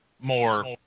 more